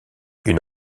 une